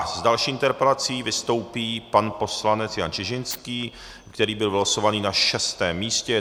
S další interpelací vystoupí pan poslanec Jan Čižinský, který byl vylosovaný na šestém místě.